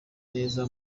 neza